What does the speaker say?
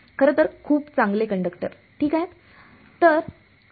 खरं तर खूप चांगले कंडक्टर ठीक आहेत